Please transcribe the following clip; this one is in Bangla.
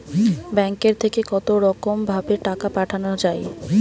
ব্যাঙ্কের থেকে কতরকম ভাবে টাকা পাঠানো য়ায়?